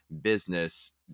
business